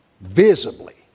visibly